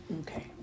Okay